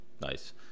Nice